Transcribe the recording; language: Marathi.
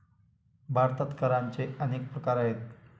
भारतात करांचे अनेक प्रकार आहेत